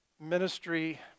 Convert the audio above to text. ministry